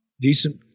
decent